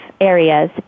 areas